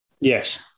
Yes